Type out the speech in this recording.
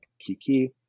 Kiki